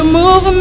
move